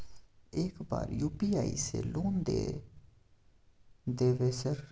एक बार यु.पी.आई से लोन द देवे सर?